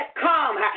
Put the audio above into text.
come